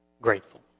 grateful